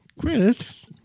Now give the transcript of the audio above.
Chris